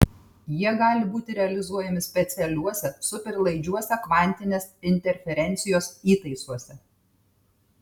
jie gali būti realizuojami specialiuose superlaidžiuose kvantinės interferencijos įtaisuose